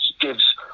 gives